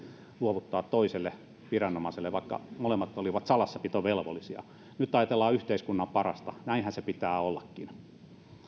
luovuttaa toiselle viranomaiselle vaikka molemmat olivat salassapitovelvollisia nyt ajatellaan yhteiskunnan parasta näinhän se pitää ollakin lääkäri